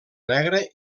negre